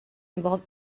involve